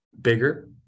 bigger